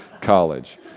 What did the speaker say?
college